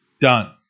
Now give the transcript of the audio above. Done